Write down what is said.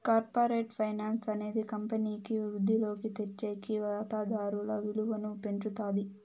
corporate finance అనేది కంపెనీకి వృద్ధిలోకి తెచ్చేకి వాతాదారుల విలువను పెంచుతాది